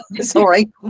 Sorry